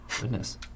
Goodness